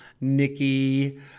Nikki